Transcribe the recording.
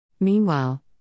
Meanwhile